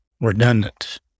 redundant